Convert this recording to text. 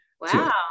Wow